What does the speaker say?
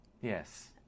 yes